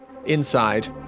Inside